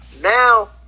Now